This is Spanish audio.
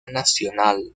nacional